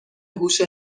هوش